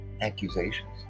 accusations